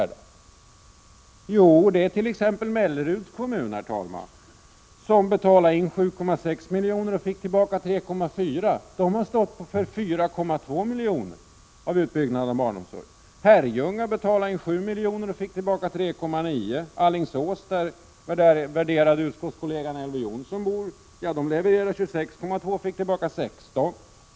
Jo, herr talman, det är t.ex. Melleruds kommun. Kommunen betalade in 7,6 miljoner och fick tillbaka 3,4 miljoner. Kommunen har alltså stått för 4,2 miljoner av kostnaderna för utbyggnaden av barnomsorgen. Herrljunga Prot. 1986/87:128 betalade in 7 miljoner och fick tillbaka 3,9 miljoner. Alingsås, där värderade 21 maj 1987 utskottskollegan Elver Jonsson bor, levererade 26,2 miljoner och fick tillbaka 16 miljoner.